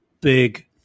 big